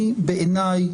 בעיניי,